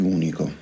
unico